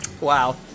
Wow